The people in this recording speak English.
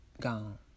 gone